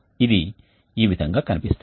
ఇది ఈ విధంగా కనిపిస్తుంది